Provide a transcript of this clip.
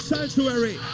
Sanctuary